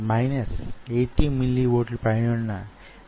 ఒక ఈత కొలను లేక స్విమ్మింగ్ పూల్ ను తీసుకుందాం